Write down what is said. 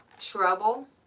trouble